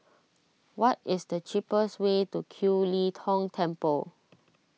what is the cheapest way to Kiew Lee Tong Temple